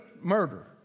murder